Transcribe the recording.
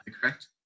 correct